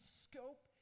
scope